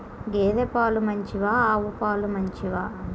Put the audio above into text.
గేద పాలు మంచివా ఆవు పాలు మంచివా?